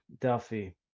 Duffy